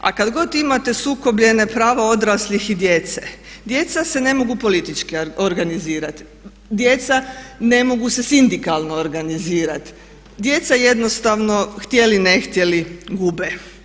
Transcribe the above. A kad god imate sukobljena prava odraslih i djece, djeca se ne mogu politički organizirati, djeca ne mogu se sindikalno organizirati, djeca jednostavno htjeli ne htjeli gube.